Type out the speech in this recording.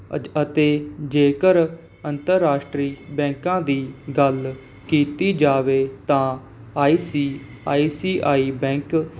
ਅਜ ਅਤੇ ਜੇਕਰ ਅੰਤਰਰਾਸ਼ਟਰੀ ਬੈਂਕਾਂ ਦੀ ਗੱਲ ਕੀਤੀ ਜਾਵੇ ਤਾਂ I C I C I bank